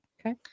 Okay